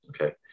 okay